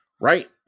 right